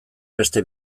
beste